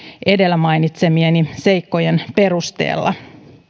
edellä mainitsemieni seikkojen perusteella